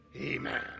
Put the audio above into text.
amen